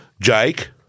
Jake